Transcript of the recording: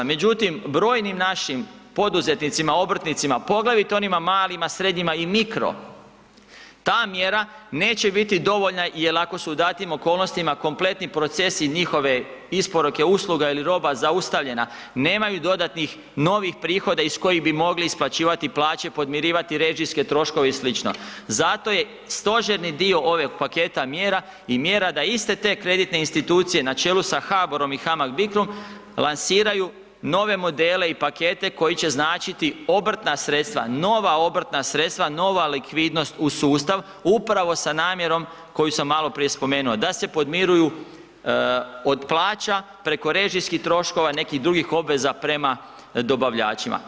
Međutim, brojnim našim poduzetnicima, obrtnicima, poglavito onima malima, srednjima i mikro ta mjera neće biti dovoljna jel ako su u datim okolnostima kompletni procesi i njihove isporuke usluga ili roba zaustavljena, nemaju dodatnih novih prihoda iz kojih bi mogli isplaćivati plaće i podmirivati režijske troškove i slično, zato je stožerni dio ovog paketa mjera i mjera da iste te kreditne institucije na čelu sa HBOR-om i HAMAG-BICRO-om lansiraju nove modele i pakete koji će značiti obrtna sredstva, nova obrtna sredstva, nova likvidnost u sustav, upravo sa namjerom koju sam maloprije spomenuo da se podmiruju od plaća preko režijskih troškova i nekih drugih obveza prema dobavljačima.